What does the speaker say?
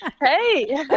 hey